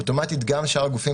אוטומטית גם שאר הגופים,